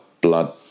blood